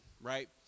right